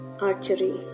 archery